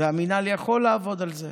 והמינהל יכול לעבוד על זה.